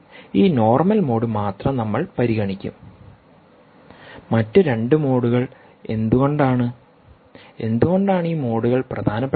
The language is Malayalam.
ഈ നോർമൽ മോഡ് മാത്രം നമ്മൾ പരിഗണിക്കും മറ്റ് 2 മോഡുകൾ എന്തുകൊണ്ടാണ് എന്തുകൊണ്ടാണ് ഈ മോഡുകൾ പ്രധാനപെട്ടത്